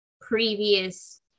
previous